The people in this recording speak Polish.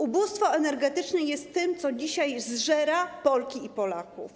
Ubóstwo energetyczne jest tym, co dzisiaj zżera Polki i Polaków.